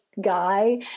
guy